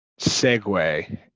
segue